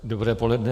Dobré poledne.